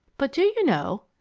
but do you know,